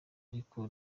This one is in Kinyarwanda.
ariko